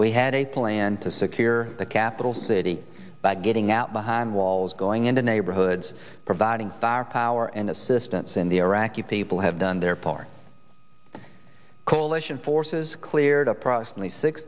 we had a plan to secure the capital city by getting out behind walls going into neighborhoods providing firepower and assistance in the iraqi people have done their part coalition forces cleared approximately six